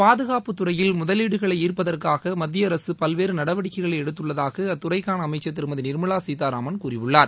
பாதுகாப்புத் துறையில் முதலீடுகளை ஈர்ப்பதற்காக மத்திய அரசு பல்வேறு நடவடிக்கைகளை எடுத்துள்ளதாக அத்துறைக்காள அமைச்சர் திருமதி நிர்மலா சீதாராமன் கூறியுள்ளார்